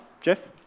Jeff